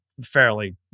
fairly